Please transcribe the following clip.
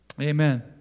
Amen